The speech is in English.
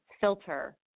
filter